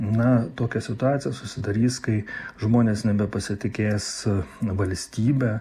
na tokia situacija susidarys kai žmonės nebepasitikės valstybe